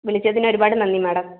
വിളിച്ചതിന് ഒരുപാട് നന്ദി മാഡം